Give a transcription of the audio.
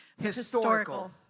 Historical